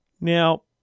now